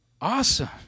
awesome